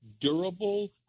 durable